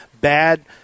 bad